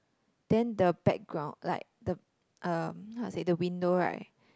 then the background like the uh how to say the window right